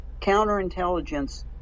counterintelligence